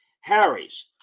Harrys